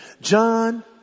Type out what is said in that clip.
John